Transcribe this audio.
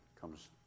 comes